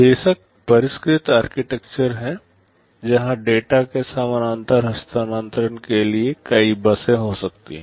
बेशक परिष्कृत आर्किटेक्चर हैं जहां डेटा के समानांतर हस्तांतरण के लिए कई बसें हो सकती हैं